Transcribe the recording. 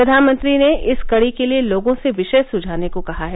प्रधानमंत्री ने इस कड़ी के लिए लोगों से विषय सुझाने को कहा है